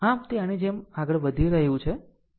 આમ તે આની જેમ આગળ વધી રહ્યું છે